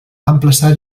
emplaçar